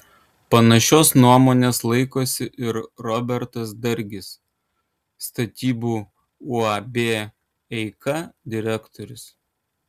panašios nuomonės laikosi ir robertas dargis statybų uab eika direktorius